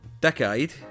Decade